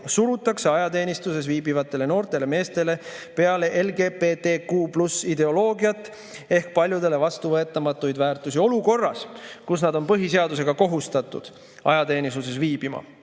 surutakse ajateenistuses viibivatele noortele meestele peale LGBTQ+ ideoloogiat ehk paljudele vastuvõetamatuid väärtusi olukorras, kus nad on põhiseadusega kohustatud ajateenistuses viibima?